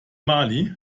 mali